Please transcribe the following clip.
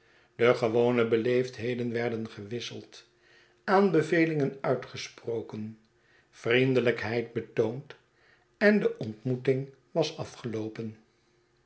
de gewone beleefdheden werden gewisseld aanbevelingen uitgesproken vriendelijkheid betoond en de ontmoeting was afgeloopen